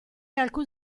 alcun